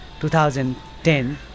2010